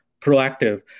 proactive